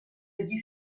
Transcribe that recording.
gli